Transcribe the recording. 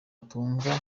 atunga